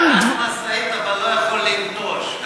אבל נהג משאית לא יכול לנטוש.